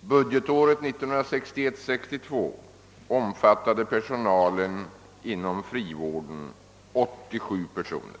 Budgetåret 1961/62 omfattade personalen inom frivården 87 personer.